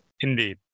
Indeed